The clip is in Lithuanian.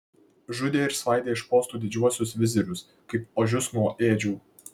žudė ir svaidė iš postų didžiuosius vizirius kaip ožius nuo ėdžių